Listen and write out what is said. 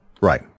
Right